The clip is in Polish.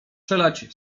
czeladź